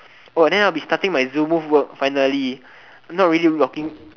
oh then I will be starting my zoo move work finally not really looking